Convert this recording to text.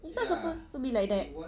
it's not supposed to be like that